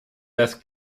das